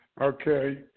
Okay